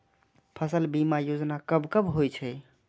फसल बीमा योजना कब कब होय छै?